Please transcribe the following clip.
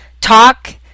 talk